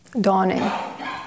dawning